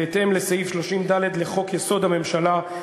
בהתאם לסעיף 30(ד) לחוק-יסוד: הממשלה,